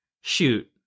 shoot